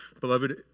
Beloved